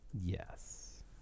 Yes